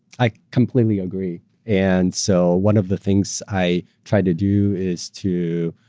i completely agree. and so one of the things i try to do is to